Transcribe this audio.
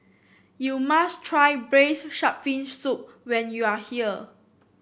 you must try Braised Shark Fin Soup when you are here